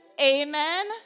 Amen